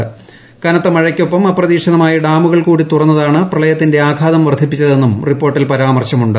ക്കുന്നത്ത് മഴയ്ക്കൊപ്പം അപ്രതീക്ഷിതമായി ഡാമുകൾ കൂടി തുറ്ന്നതാണ് പ്രളയത്തിന്റെ ആഘാതം വർദ്ധിപ്പിച്ചതെന്നും റിപ്പോർട്ടിൽ പരാമർശമുണ്ട്